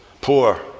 Poor